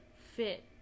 fit